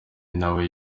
ntawe